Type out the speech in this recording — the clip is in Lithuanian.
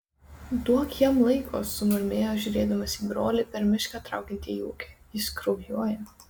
duok jam laiko sumurmėjo žiūrėdamas į brolį per mišką traukiantį į ūkį jis kraujuoja